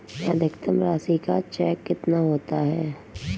अधिकतम राशि का चेक कितना होता है?